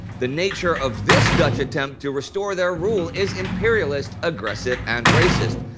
the nature of this dutch attempt to restore their rule is imperialist, aggressive, and racist.